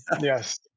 Yes